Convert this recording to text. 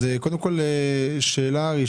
יש לי שאלה.